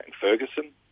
Ferguson